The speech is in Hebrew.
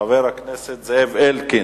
חבר הכנסת זאב אלקין,